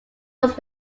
was